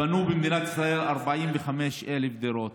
בנו במדינת ישראל 45,000 דירות,